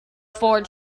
for